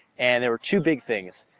and there were two big things.